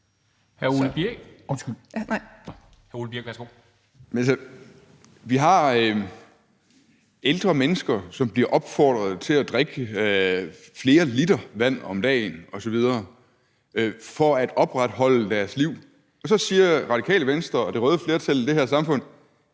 vi har ældre mennesker, som bliver opfordret til at drikke flere liter vand om dagen osv. for at opretholde deres liv, og så siger Radikale Venstre og det røde flertal i det her samfund: